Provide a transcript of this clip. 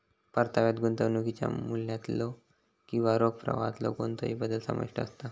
परताव्यात गुंतवणुकीच्या मूल्यातलो किंवा रोख प्रवाहातलो कोणतोही बदल समाविष्ट असता